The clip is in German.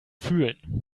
fühlen